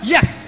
Yes